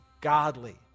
godly